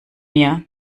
mir